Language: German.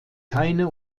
keine